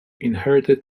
inherited